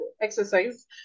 exercise